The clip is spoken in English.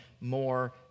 more